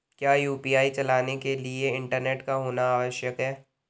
क्या यु.पी.आई चलाने के लिए इंटरनेट का होना आवश्यक है?